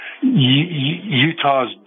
Utah's